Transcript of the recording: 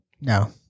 No